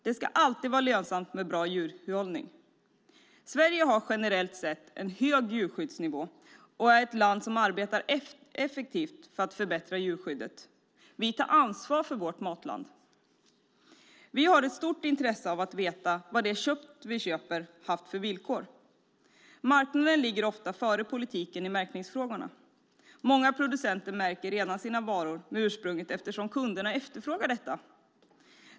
Det ska alltid vara lönsamt med bra djurhållning. Sverige har generellt sett en hög djurskyddsnivå och är ett land som arbetar effektivt för att förbättra djurskyddet. Vi tar ansvar för vårt matland. Vi har ett stort intresse av att veta vad det kött vi köper har haft för villkor. Marknaden ligger ofta före politiken i märkningsfrågor. Många producenter märker redan sina varor med ursprung eftersom kunderna efterfrågar detta.